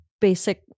Basic